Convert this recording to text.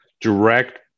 direct